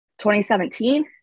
2017